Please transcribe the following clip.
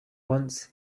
once